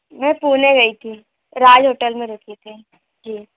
मैं पूना गई थी राज होटल में रुकी थी जी